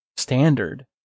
standard